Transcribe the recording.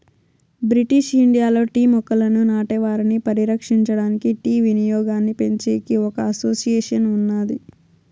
British ఇండియాలో tea మొక్కలను నాటే వారిని పరిరక్షించడానికి, టీ వినియోగాన్నిపెంచేకి ఒక అసోసియేషన్ ఉన్నాది